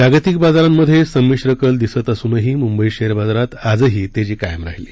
जागतिक बाजारांमध्ये समिश्र कल दिसत असूनही मुंबई शेअर बाजारात आजही तेजी कायम राहिली